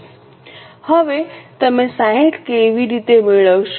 હવે તમે 60 કેવી રીતે મેળવશો